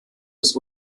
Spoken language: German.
des